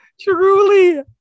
truly